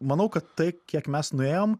manau kad tai kiek mes nuėjom